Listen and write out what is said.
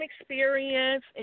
experience